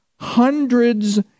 Hundreds